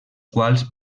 quals